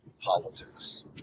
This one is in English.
Politics